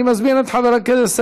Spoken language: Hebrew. אני מזמין את חבר הכנסת